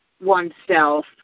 oneself